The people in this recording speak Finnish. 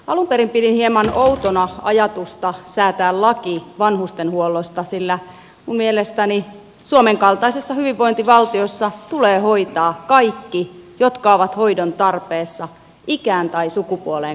alun perin pidin hieman outona ajatusta säätää laki vanhustenhuollosta sillä minun mielestäni suomen kaltaisessa hyvinvointivaltiossa tulee hoitaa kaikki jotka ovat hoidon tarpeessa ikään tai sukupuoleen katsomatta